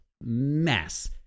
mess